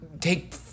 take